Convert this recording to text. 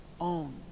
own